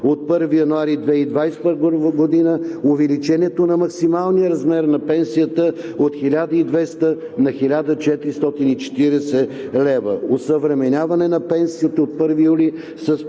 от 1 януари 2021 г., увеличението на максималния размер на пенсията от 1200 на 1440 лв., осъвременяване на пенсиите от 1 юли с